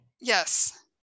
Yes